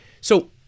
So-